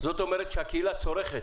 זאת אומרת שהקהילה צורכת,